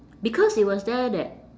because it was there that